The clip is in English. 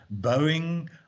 Boeing